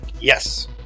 Yes